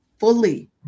Fully